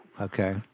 Okay